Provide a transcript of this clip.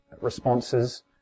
responses